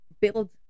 build